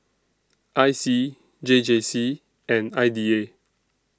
I C J J C and I D A